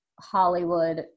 Hollywood